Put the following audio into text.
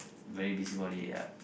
very busy body ya